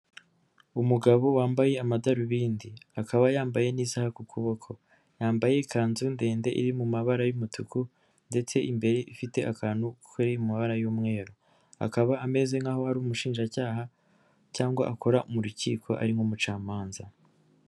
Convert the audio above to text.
Umugabo wambaye amadarubindi akaba yambaye n'isaha ku kuboko yambaye ikanzu ndende iri mu mabara y'umutuku ndetse imbere ifite akantu kari mu mabara y'umweru, akaba ameze nk'aho ari umushinjacyaha cyangwa akora mu rukiko ari nk'umucamanza.